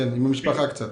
הם עם המשפחה קצת.